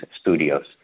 studios